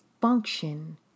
function